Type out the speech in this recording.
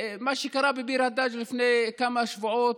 מה שקרה בביר הדאג' לפני כמה שבועות,